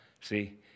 See